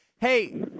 Hey